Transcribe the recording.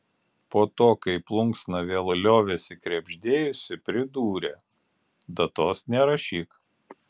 po to kai plunksna vėl liovėsi krebždėjusi pridūrė datos nerašyk